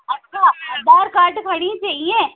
अच्छा आधार काड खणी चए ईअं